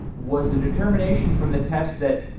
was the determination from the test that,